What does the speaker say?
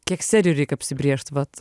kiek serijų reik apsibrėžt vat